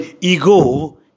ego